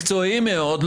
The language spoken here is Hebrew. מקצועיים מאוד.